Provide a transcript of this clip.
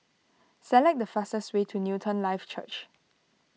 select the fastest way to Newton Life Church